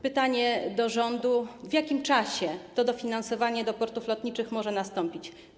Pytanie do rządu: W jakim czasie to dofinansowanie do portów lotniczych może nastąpić?